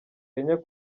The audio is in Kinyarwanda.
kenya